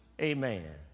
Amen